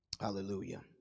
Hallelujah